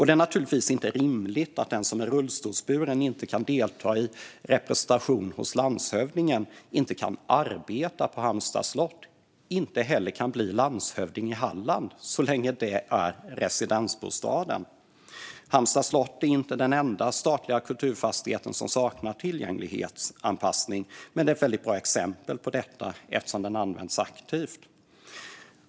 Det är naturligtvis inte rimligt att den som är rullstolsburen inte kan delta i representation hos landshövdingen, inte kan arbeta på Halmstads slott och inte heller kan bli landshövding i Halland så länge slottet är residensbostaden. Halmstads slott är inte den enda statliga kulturfastigheten som saknar tillgänglighetsanpassning, men det är ett bra exempel eftersom fastigheten används aktivt.